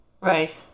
Right